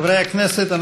חברי הכנסת,